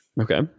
Okay